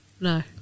No